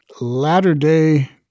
latter-day